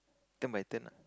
turn my turn lah